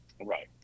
Right